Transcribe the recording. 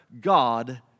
God